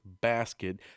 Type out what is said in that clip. basket